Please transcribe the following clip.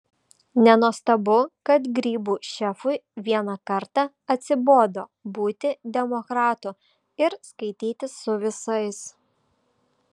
nenuostabu kad grybų šefui vieną kartą atsibodo būti demokratu ir skaitytis su visais